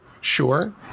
Sure